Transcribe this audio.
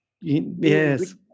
yes